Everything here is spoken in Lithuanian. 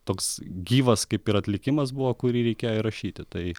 toks gyvas kaip ir atlikimas buvo kurį reikėjo įrašyti tai